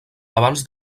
abans